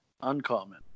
Uncommon